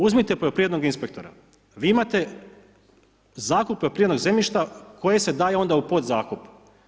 Uzmite poljoprivrednog inspektora, vi imate zakupe poljoprivrednog zemljišta koji se daju onda u podzakup.